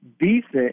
decent